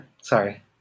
sorry